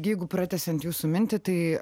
jeigu pratęsiant jūsų mintį tai